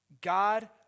God